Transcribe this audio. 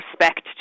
respect